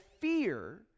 fear